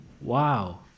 Wow